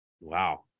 Wow